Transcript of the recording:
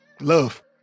Love